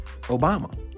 Obama